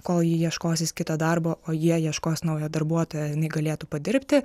kol ji ieškosis kito darbo o jie ieškos naujo darbuotojo jinai galėtų padirbti